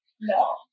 No